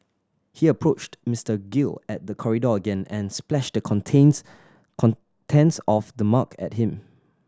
he approached Mister Gill at the corridor again and splashed the contents contents of the mug at him